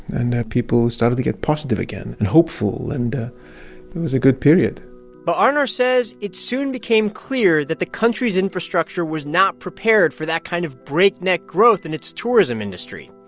and people started to get positive again and hopeful, and it was a good period but arnar says it soon became clear that the country's infrastructure was not prepared for that kind of breakneck growth in its tourism industry,